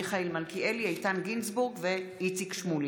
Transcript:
מיכאל מלכיאלי, איתן גינזבורג ואיציק שמולי.